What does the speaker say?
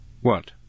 What